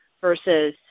versus